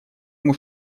ему